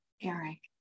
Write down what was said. Eric